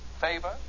favor